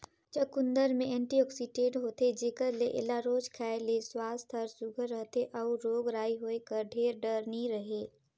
चुकंदर में एंटीआक्सीडेंट होथे जेकर ले एला रोज खाए ले सुवास्थ हर सुग्घर रहथे अउ रोग राई होए कर ढेर डर नी रहें